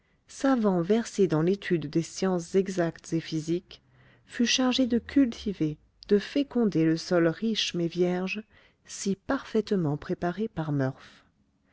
savant versé dans l'étude des sciences exactes et physiques fut chargé de cultiver de féconder le sol riche mais vierge si parfaitement préparé par